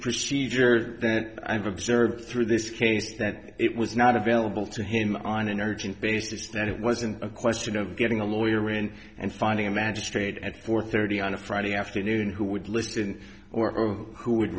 procedure that i've observed through this case that it was not available to him on an urgent basis that it wasn't a question of getting a lawyer in and finding a magistrate at four thirty on a friday afternoon who would listen or who would